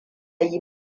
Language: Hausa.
yi